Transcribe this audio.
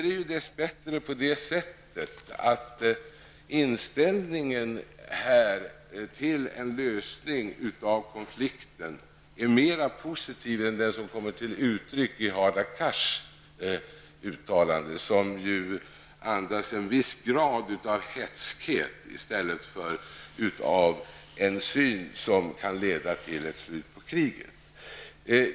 Dess bättre är inställning till en lösning av konflikten mer positiv än som kommer till uttryck i Hadar Cars uttalande, som ju andas en viss grad av hätskhet i stället för en syn som kan leda till ett slut på kriget.